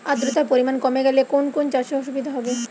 আদ্রতার পরিমাণ কমে গেলে কোন কোন চাষে অসুবিধে হবে?